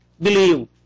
Believe